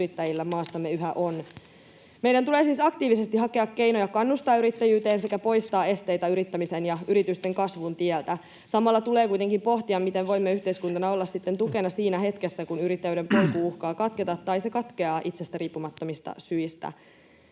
yrittäjillä maassamme yhä on. Meidän tulee siis aktiivisesti hakea keinoja kannustaa yrittäjyyteen sekä poistaa esteitä yrittämisen ja yritysten kasvun tieltä. Samalla tulee kuitenkin pohtia, miten voimme yhteiskuntana olla sitten tukena siinä hetkessä, kun yrittäjyyden polku uhkaa katketa tai se katkeaa itsestä riippumattomista syistä.